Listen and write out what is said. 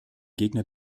gegner